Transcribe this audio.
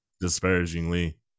disparagingly